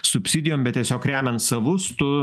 subsidijom bet tiesiog remiant savus tu